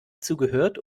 zugehört